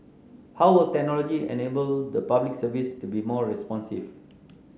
how will technology enable the Public Service to be more responsive